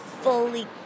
fully